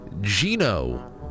gino